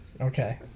Okay